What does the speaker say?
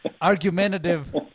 argumentative